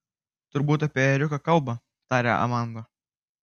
turbūt apie ėriuką kalba tarė amanda